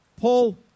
Paul